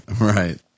right